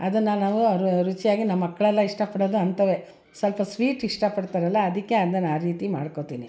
ಅದನ್ನು ನಾವು ರುಚಿಯಾಗಿ ನಮ್ಮ ಮಕ್ಕಳೆಲ್ಲ ಇಷ್ಟಪಡೋದು ಅಂಥವೇ ಸ್ವಲ್ಪ ಸ್ವೀಟ್ ಇಷ್ಟಪಡ್ತಾರಲ್ಲ ಅದಕ್ಕೆ ಅದನ್ನ ಆ ರೀತಿ ಮಾಡ್ಕೊಳ್ತೀನಿ